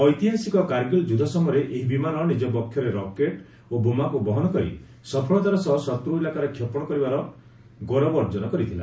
ଐତିହାସିକ କାର୍ଗିଲ୍ ଯୁଦ୍ଧ ସମୟରେ ଏହି ବିମାନ ନିଜ ବକ୍ଷରେ ରକେଟ୍ ଓ ବୋମାକୁ ବହନ କରି ସଫଳତାର ସହ ଶତ୍ର ଇଲାକାରେ କ୍ଷେପଣ କରିବାର ଗୌରବ ଅର୍ଜନ କରିଥିଲା